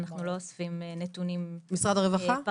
אנחנו לא אוספים נתונים פרטניים.